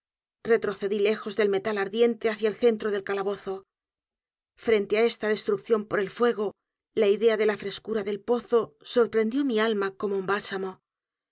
retrocedí lejos del metal ardiente hacia el centro del calabozo f r e n t e á esta destrucción p o r el fuego la idea de la frescura del pozo sorprendió mi alma como un bálsamo